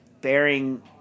bearing